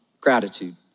gratitude